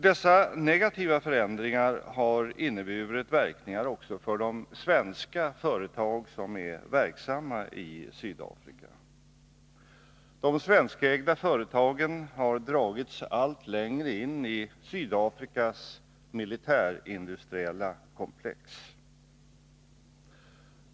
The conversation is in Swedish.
Dessa negativa förändringar har inneburit verkningar också för de svenska företag som är verksamma i Sydafrika. De svenskägda företagen har dragits allt längre in i Sydafrikas militärindustriella komplex.